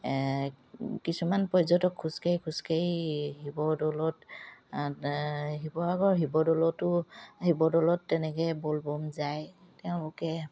কিছুমান পৰ্যটক খোজকাঢ়ি খোজকাঢ়ি শিৱদৌলত শিৱসাগৰ শিৱদৌলতো শিৱদৌলত তেনেকে ব'ল বম যায় তেওঁলোকে